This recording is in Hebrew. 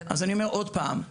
אני אומר עוד פעם,